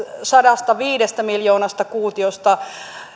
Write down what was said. sadastaviidestä miljoonasta kuutiosta